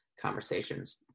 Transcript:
conversations